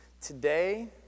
Today